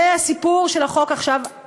זה הסיפור של החוק החדש,